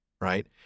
right